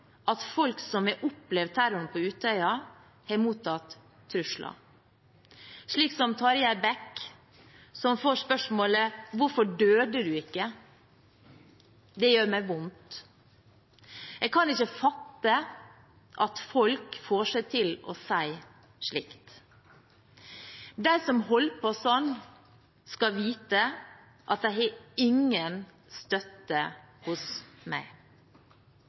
at folk som har opplevd terroren på Utøya, har mottatt trusler – slik som Tarjei Bech, som får spørsmålet: Hvorfor døde du ikke? – Det gjør meg vondt. Jeg kan ikke fatte at folk får seg til å si slikt. De som holder på sånn, skal vite at de har ingen støtte hos meg.